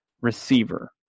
receiver